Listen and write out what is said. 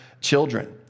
children